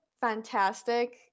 fantastic